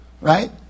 right